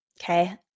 Okay